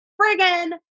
friggin